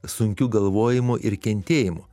sunkiu galvojimu ir kentėjimu